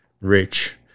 rich